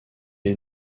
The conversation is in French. est